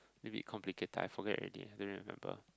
maybe complicated I forget already don't remember